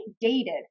dated